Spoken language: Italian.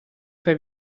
fai